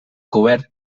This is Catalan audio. cobert